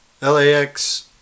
LAX